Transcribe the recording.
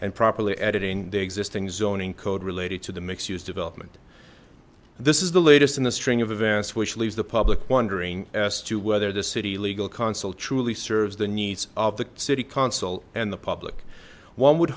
and properly editing the existing zoning code related to the mixed use development this is the latest in the string of events which leaves the public wondering as to whether the city legal counsel truly serves the needs of the city council and the public one would